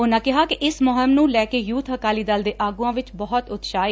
ਉਹਨਾਂ ਕਿਹਾ ਕਿ ਇਸ ਮੁਹਿੰਮ ਨੂੰ ਲੈਕੇ ਯੁਥ ਅਕਾਲੀ ਦਲ ਦੇ ਆਗੁਆਂ ਵਿਚ ਬਹੁਤ ਉਤਸ਼ਾਹਿਤ ਏ